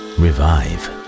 revive